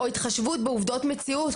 או התחשבות בעובדות מציאות,